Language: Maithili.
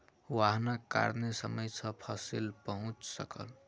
वाहनक कारणेँ समय सॅ फसिल पहुँच सकल